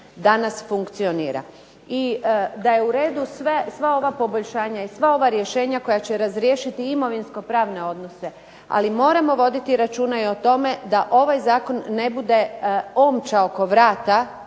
danas funkcionira. I da je u redu sva ova poboljšanja i sva ova rješenja da će razriješiti imovinsko-pravne odnose. Ali moramo voditi računa o tome da ovaj zakon ne bude omča oko vrata